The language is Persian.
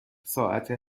ساعت